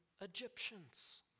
Egyptians